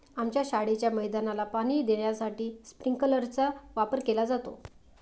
आमच्या शाळेच्या मैदानाला पाणी देण्यासाठी स्प्रिंकलर चा वापर केला जातो